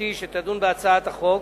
בראשותי שתדון בהצעת החוק.